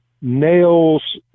Nails